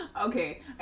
Okay